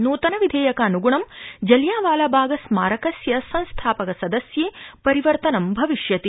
नूतन विधेयकानूगुणं जलियांवाला बाग स्मारकस्य संस्थापक सदस्ये परिवर्तनं भविष्यति